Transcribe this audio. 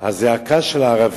מה שנשמע זה הזעקה של הערבים,